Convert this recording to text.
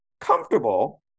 comfortable